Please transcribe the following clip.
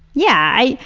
yeah.